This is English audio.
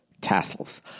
tassels